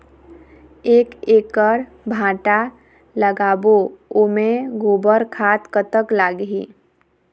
एक एकड़ भांटा लगाबो ओमे गोबर खाद कतक लगही?